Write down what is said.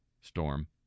storm